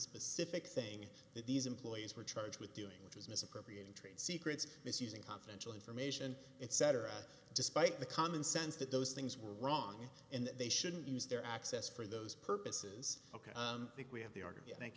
specific thing that these employees were charged with doing which is misappropriating trade secrets misusing confidential information etc despite the common sense that those things were wrong and they shouldn't use their access for those purposes ok i think we have the